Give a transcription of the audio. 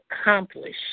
accomplish